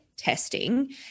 testing